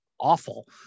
awful